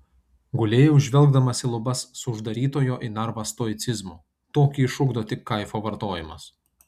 gulėjau žvelgdamas į lubas su uždarytojo į narvą stoicizmu tokį išugdo tik kaifo vartojimas